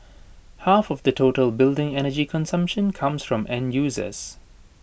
half of the total building energy consumption comes from end users